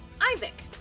Isaac